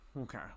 okay